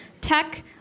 tech